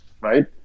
right